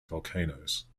volcanoes